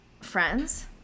friends